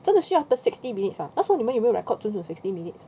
真的要 sixty minutes ah 那时候你们有没有 record 准准 sixty minutes